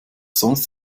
sonst